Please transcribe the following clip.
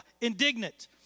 indignant